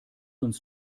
uns